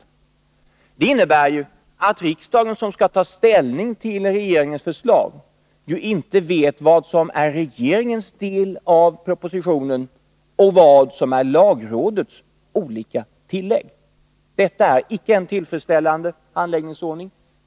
Detta i sin tur innebär att riksdagen, som skall ta ställning till regeringens förslag, ju inte vet vad som är regeringens del i propositionen och vad som är lagrådets olika tillägg. Detta är icke en tillfredsställande handläggningsordning.